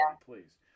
please